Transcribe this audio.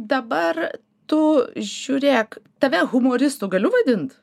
dabar tu žiūrėk tave humoristu galiu vadint